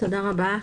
תודה רבה.